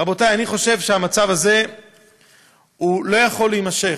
רבותיי, אני חושב שהמצב הזה לא יכול להימשך.